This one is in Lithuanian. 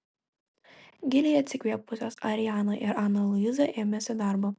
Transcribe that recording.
giliai atsikvėpusios ariana ir ana luiza ėmėsi darbo